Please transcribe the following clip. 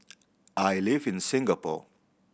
I live in Singapore